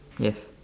yes